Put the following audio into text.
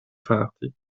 farti